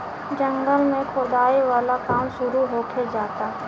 जंगल में खोदाई वाला काम शुरू होखे जाता